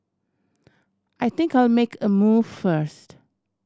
I think I'll make a move first